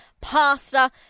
pasta